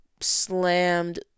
slammed